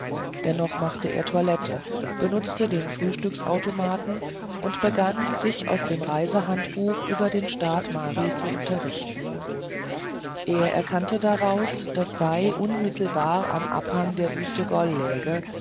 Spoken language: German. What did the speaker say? dennoch machte er toilette benutzte den frühstücksautomaten und begann sich aus dem reisehandbuch über den staat mari zu unterrichten er erkannte daraus daß sei unmittelbar am abhang der wüste gol läge